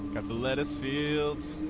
at the lettuce fields